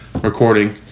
recording